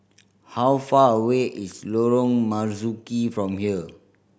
how far away is Lorong Marzuki from here